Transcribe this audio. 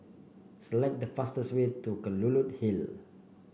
select the fastest way to Kelulut Hill